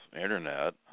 internet